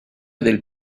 del